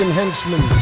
henchmen